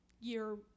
year